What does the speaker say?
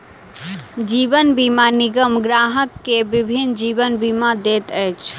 जीवन बीमा निगम ग्राहक के विभिन्न जीवन बीमा दैत अछि